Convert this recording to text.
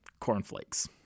cornflakes